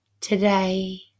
today